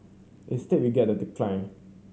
instead we get the decline